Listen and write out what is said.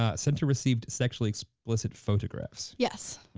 ah sent or received sexually explicit photographs. yes.